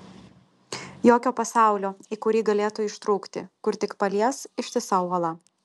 jokio pasaulio į kurį galėtų ištrūkti kur tik palies ištisa uola